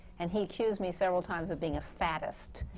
and he accused me several times of being a fattist,